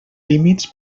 límits